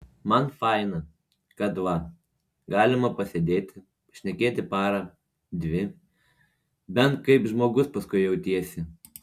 man faina kad va galima pasėdėti pašnekėti parą dvi bent kaip žmogus paskui jautiesi